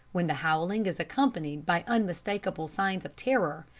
when the howling is accompanied by unmistakable signs of terror,